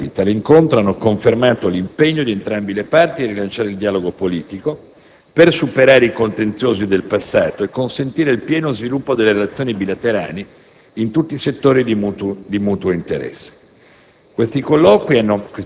l'ambasciatore Al Obeidi. Tali incontri hanno confermato l'impegno di entrambe le parti a rilanciare il dialogo politico, per superare i contenziosi del passato e consentire il pieno sviluppo delle relazioni bilaterali in tutti i settori di mutuo interesse.